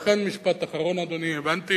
לכן, משפט אחרון, אדוני, הבנתי